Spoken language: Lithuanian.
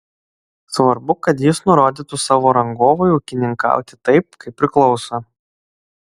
svarbu kad jis nurodytų savo rangovui ūkininkauti taip kaip priklauso